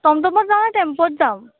টমটমত যাওঁনে টেম্পুত যাম